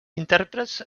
intèrprets